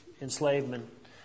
enslavement